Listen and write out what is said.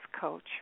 coach